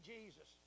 Jesus